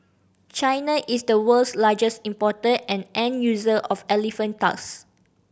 China is the world's largest importer and end user of elephant tusk